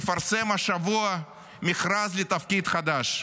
מפרסם השבוע מכרז לתפקיד חדש: